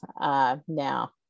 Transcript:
now